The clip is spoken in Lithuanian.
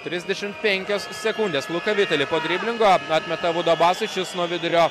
trisdešimt penkios sekundės luka vitali po driblingo atmeta abudu abasui šis nuo vidurio